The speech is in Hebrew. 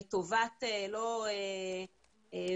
ׁׂלטובת לא פרפומריה,